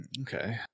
Okay